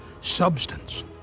substance